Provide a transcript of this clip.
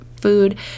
food